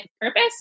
purpose